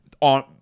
on